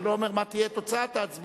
אני לא אומר מה תהיה תוצאת ההצבעה,